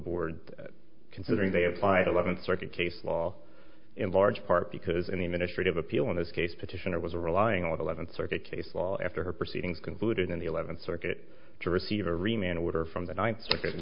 board considering they applied eleventh circuit case law in large part because in the ministry of appeal in this case petition it was a relying on eleventh circuit case law after proceedings concluded in the eleventh circuit to receive every man order from the ninth circuit